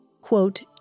Quote